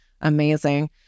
amazing